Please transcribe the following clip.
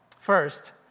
First